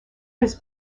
was